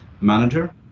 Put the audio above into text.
manager